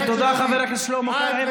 תודה, חבר הכנסת שלמה קרעי.